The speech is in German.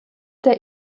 der